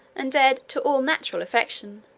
and dead to all natural affection,